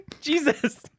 Jesus